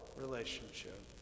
relationship